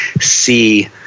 see